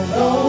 no